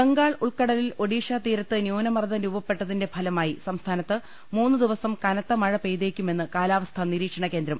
ബംഗാൾ ഉൾക്കടലിൽ ഒഡീഷാ തീരത്ത് ന്യൂനമർദ്ദം രൂപപ്പെട്ടതിന്റെ ഫലമായി സംസ്ഥാനത്ത് മൂന്ന് ദിവസം കനത്ത മഴ പെയ്തേക്കുമെന്ന് കാലാവസ്ഥാ നിരീക്ഷണകേന്ദ്രം